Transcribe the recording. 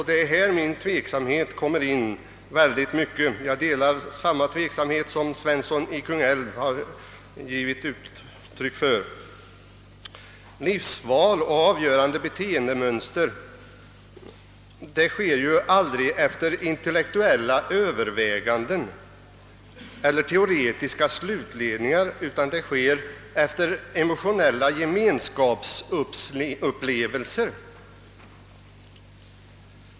Det är på den punkten jag liksom herr Svensson i Kungälv är mycket tveksam. Valet av livsavgörande beteendemönster göres aldrig efter intellektuella överväganden eller teoretiska slutledningar utan efter emotionella gemenskapsupplevelser.